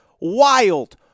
wild